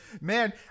Man